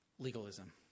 Legalism